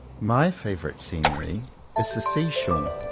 my favourite scenery is the sea-shore,